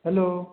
hello